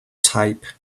type